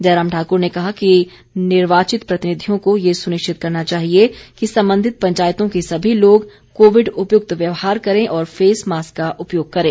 जयराम ठाकुर ने कहा कि निर्वाचित प्रतिनिधियों को ये सुनिश्चित करना चाहिए कि संबंधित पंचायतों के सभी लोग कोविड उपयुक्त व्यवहार करें और फेस मास्क का उपयोग करें